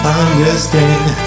understand